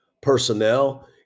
personnel